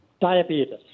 diabetes